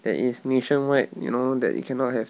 that is nationwide you know that you cannot have